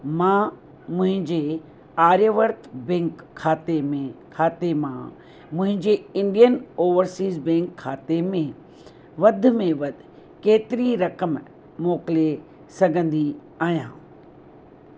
मां मुंहिंजे आर्यावर्त बैंक खाते में खाते मां मुंहिंजे इंडियन ओवरसीज बैंक खाते में वध में वधि केतिरी रक़म मोकिले सघंदी आहियां